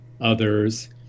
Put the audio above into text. others